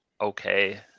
okay